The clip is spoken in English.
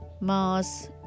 Mars